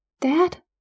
Dad